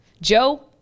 Joe